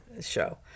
show